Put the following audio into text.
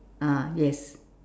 ah yes